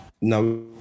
no